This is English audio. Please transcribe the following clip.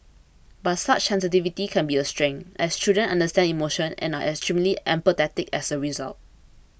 but such sensitivity can be a strength as children understand emotion and are extremely empathetic as a result